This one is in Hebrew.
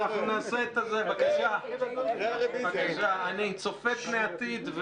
אנחנו נעשה את הזה --- אני צופה פני עתיד,